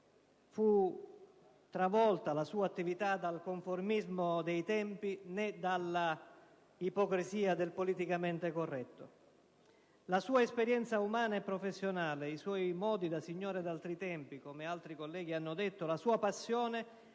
fu travolto dal conformismo dei tempi, né dall'ipocrisia del politicamente corretto. La sua esperienza umana e professionale, i suoi modi da signore d'altri tempi, come altri colleghi hanno detto, la sua passione